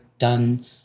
done